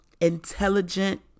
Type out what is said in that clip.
intelligent